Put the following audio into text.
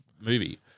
movie